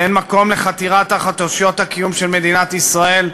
ואין מקום לחתירה נגד אושיות הקיום של מדינת ישראל,